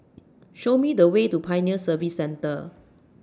Show Me The Way to Pioneer Service Centre